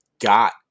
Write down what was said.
got